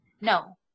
No